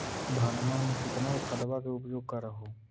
धानमा मे कितना खदबा के उपयोग कर हू?